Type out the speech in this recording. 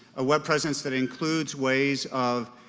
a web presence that includes ways of